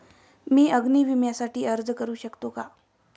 मी अग्नी विम्यासाठी अर्ज करू शकते का?